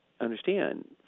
understand